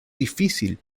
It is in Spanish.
difícil